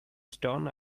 stern